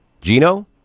Gino